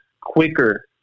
quicker